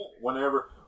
Whenever